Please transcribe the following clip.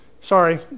Sorry